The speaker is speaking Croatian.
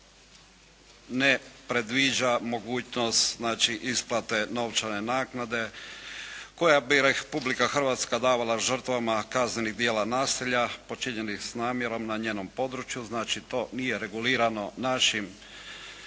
ne predviđa mogućnost znači isplate novčane naknade koju bi Republika Hrvatska davala žrtvama kaznenih djela nasilja počinjenih s namjerom na njenom području. Znači, to nije regulirano našim